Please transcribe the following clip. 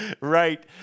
Right